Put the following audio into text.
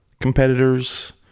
competitors